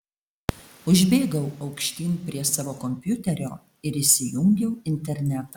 užbėgau aukštyn prie savo kompiuterio ir įsijungiau internetą